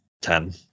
Ten